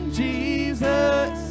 jesus